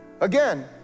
Again